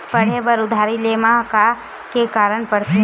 पढ़े बर उधारी ले मा का का के का पढ़ते?